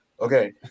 Okay